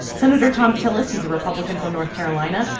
senator thom tillis. he's a republican from north carolina.